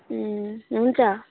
हुन्छ